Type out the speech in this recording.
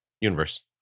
universe